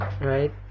right